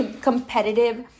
competitive